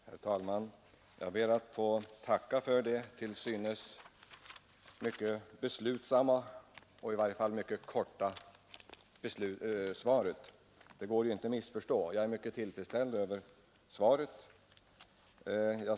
Herr talman! Jag ber att få tacka för det till synes mycket beslutsamma och i varje fall mycket korta svaret. Det går inte att missförstå och jag är mycket tillfredsställd över det.